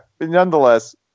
Nonetheless